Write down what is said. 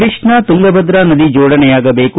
ಕೃಷ್ಣ ತುಂಗಭದ್ರ ನದಿ ಜೋಡಣೆಯಾಗಬೇಕು